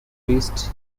priest